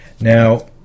now